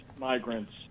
migrants